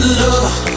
love